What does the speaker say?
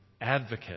advocate